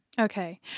Okay